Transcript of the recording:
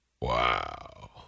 Wow